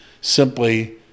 simply